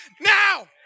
now